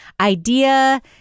idea